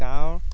গাঁৱৰ